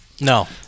No